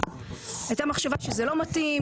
ואז הייתה מחשבה שזה לא מתאים,